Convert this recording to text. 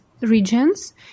Regions